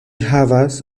havas